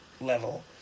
level